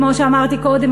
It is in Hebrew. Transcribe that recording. כמו שאמרתי קודם,